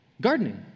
Gardening